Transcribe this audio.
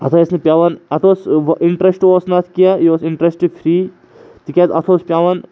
اَتھ ٲسۍ نہٕ پٮ۪وان اَتھ اوس وَ اِنٹرٛیسٹ اوس نہٕ اَتھ کینٛہہ یہِ اوس اِنٹرٛیسٹ فِری تِکیازِ اَتھ اوس پٮ۪وان